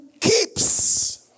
keeps